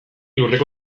lurreko